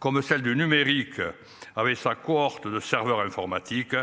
comme celle du numérique. Avec sa cohorte de serveurs informatiques.